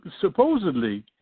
supposedly